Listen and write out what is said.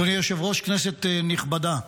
אדוני היושב-ראש, כנסת נכבדה,